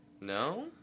no